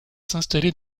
s’installer